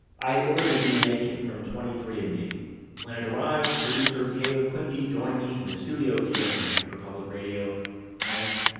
i ordered a dna kit from twenty three and andme. when it arrived, producer taylor quimby joined me and a studio here at new hampshire public radio and,